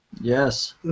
Yes